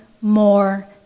more